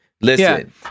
Listen